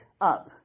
up